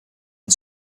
and